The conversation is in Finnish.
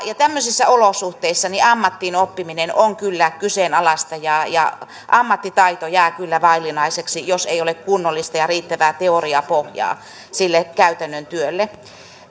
tämmöisissä olosuhteissa ammattiin oppiminen on kyllä kyseenalaista ja ja ammattitaito jää kyllä vaillinaiseksi jos ei ole kunnollista ja riittävää teoriapohjaa sille käytännön työlle